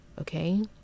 okay